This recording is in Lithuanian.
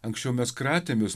anksčiau mes kratėmės